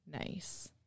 nice